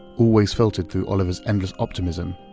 always filtered through oliver's endless optimism.